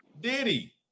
Diddy